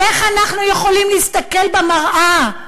איך אנחנו יכולים להסתכל במראה?